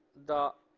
the.